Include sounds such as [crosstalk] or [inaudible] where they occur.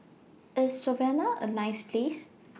IS Slovenia A nice Place [noise]